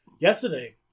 yesterday